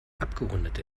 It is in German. abgerundete